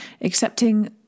accepting